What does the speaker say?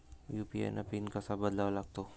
UPI PIN कसा बनवा लागते?